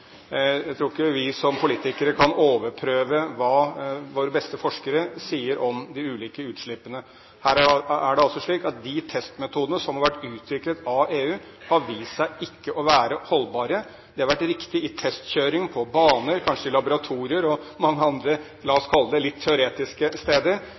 Jeg tror ikke vi som politikere kan overprøve hva våre beste forskere sier om de ulike utslippene. Her er det altså slik at de testmetodene som har vært utviklet av EU, har vist seg ikke å være holdbare. De har vært riktige i testkjøring på baner, kanskje i laboratorier og mange andre – la oss kalle det litt teoretiske steder,